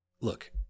Look